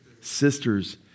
Sisters